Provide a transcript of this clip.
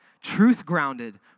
truth-grounded